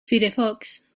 firefox